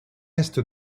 est